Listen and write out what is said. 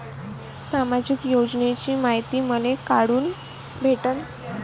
सामाजिक योजनेची मायती मले कोठून भेटनं?